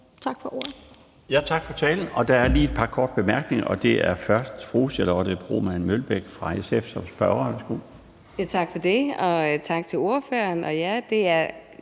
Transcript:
Tak for ordet.